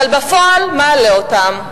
אבל בפועל מעלה אותם.